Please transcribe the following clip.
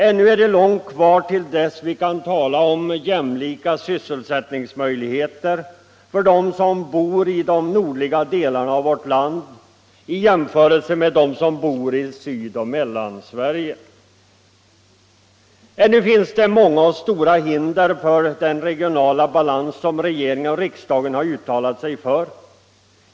Ännu är det långt kvar till dess vi kan tala om jämlika sysselsättningsmöjligheter för dem som bor i de nordliga delarna av vårt land i jämförelse med dem som bor i Syd och Mellansverige. Ännu finns det många och stora hinder för den regionala balans som regeringen och riksdagen har uttalat sig för.